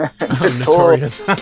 Notorious